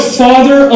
father